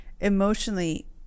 emotionally